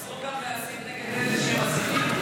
אסור להסית גם נגד אלה שמסיתים?